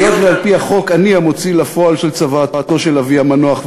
היות שעל-פי החוק אני המוציא לפועל של צוואתו של אבי המנוח,